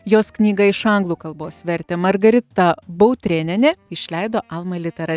jos knygą iš anglų kalbos vertė margarita bautrėnienė išleido alma litera